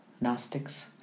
Gnostics